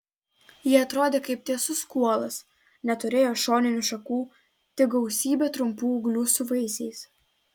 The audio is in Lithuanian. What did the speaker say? ji atrodė kaip tiesus kuolas neturėjo šoninių šakų tik gausybę trumpų ūglių su vaisiais